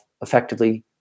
effectively